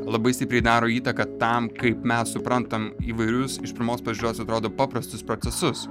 labai stipriai daro įtaką tam kaip mes suprantam įvairius iš pirmos pažiūros atrodo paprastus procesus